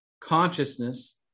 Consciousness